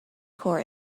court